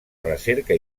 recerca